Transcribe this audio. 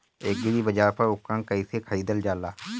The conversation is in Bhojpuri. एग्रीबाजार पर उपकरण कइसे खरीदल जाला?